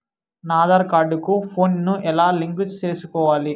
నా ఆధార్ కార్డు కు ఫోను ను ఎలా లింకు సేసుకోవాలి?